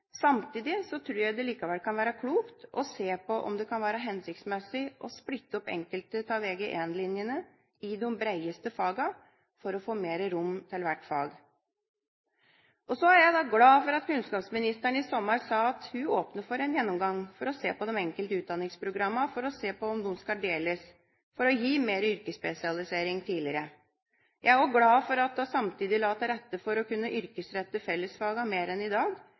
Samtidig tror jeg det likevel kan være klokt å se på om det kan være hensiktsmessig å splitte opp enkelte av Vg1-linjene i de bredeste fagene for å få mer rom til hvert fag. Så er jeg glad for at kunnskapsministeren i sommer sa at hun åpnet for en gjennomgang av de enkelte utdanningsprogrammene for å se på om de skal deles for å gi mer yrkesspesialisering tidligere. Jeg er også glad for at hun samtidig la til rette for å kunne yrkesrette fellesfagene mer enn i dag,